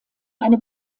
eine